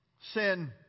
sin